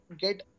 get